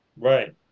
Right